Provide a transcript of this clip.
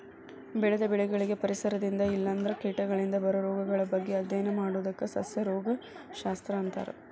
ಬೆಳೆದ ಬೆಳಿಗಳಿಗೆ ಪರಿಸರದಿಂದ ಇಲ್ಲಂದ್ರ ಕೇಟಗಳಿಂದ ಬರೋ ರೋಗಗಳ ಬಗ್ಗೆ ಅಧ್ಯಯನ ಮಾಡೋದಕ್ಕ ಸಸ್ಯ ರೋಗ ಶಸ್ತ್ರ ಅಂತಾರ